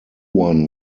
one